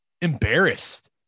embarrassed